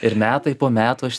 ir metai po metų aš